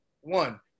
one